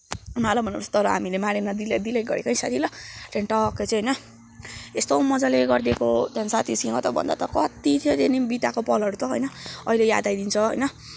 माला बनाउनु पर्छ तर हामीले मालामा दिलगी दिलगी गरेको है साथी ल त्यहाँदेखि टक्कै चाहिँ होइन यस्तो मजाले गरिदिएको हो त्यहाँ साथीसँग त्योभन्दा त कत्ति थियो बिताको पलहरू त होइन अहिले याद आइदिन्छ होइन